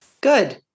good